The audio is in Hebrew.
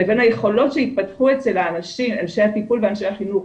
לבין היכולות שהתפתחו אצל אנשי הטיפול והחינוך,